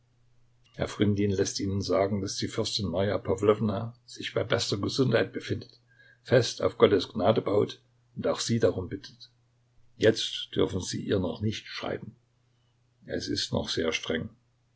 herr fryndin läßt ihnen sagen daß die fürstin marja pawlowna sich bei bester gesundheit befindet fest auf gottes gnade baut und auch sie darum bittet jetzt dürfen sie ihr noch nicht schreiben es ist noch sehr streng